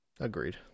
Agreed